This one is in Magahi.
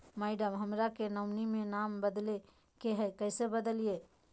मैडम, हमरा के नॉमिनी में नाम बदले के हैं, कैसे बदलिए